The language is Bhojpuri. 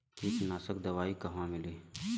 कीटनाशक दवाई कहवा मिली?